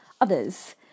others